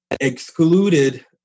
excluded